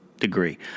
degree